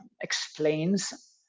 explains